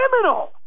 criminal